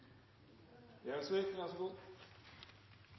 Gjelsvik var så